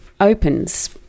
opens